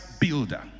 builder